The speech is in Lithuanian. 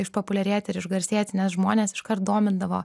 išpopuliarėti ir išgarsėti nes žmones iškart domindavo